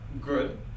good